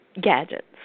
gadgets